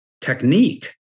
technique